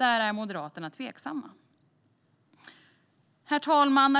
Här är Moderaterna tveksamma. Herr talman!